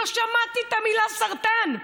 לא שמעתי את המילה "סרטן",